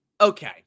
okay